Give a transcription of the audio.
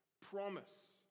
promise